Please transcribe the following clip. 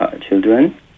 children